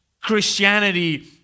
Christianity